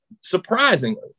surprisingly